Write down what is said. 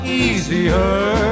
easier